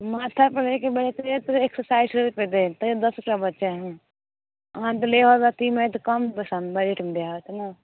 माथापर लेके बेचै हइ तैओ एक सौ साठि रुपैए दै हइ तैओ दस रुपैआ बचै हइ अहाँ दैवला अथी अइ तऽ कम पइसामे रेट मिलै हइ तब ने